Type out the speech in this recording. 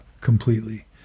completely